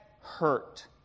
hurt